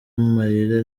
amarira